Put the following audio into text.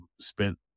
spent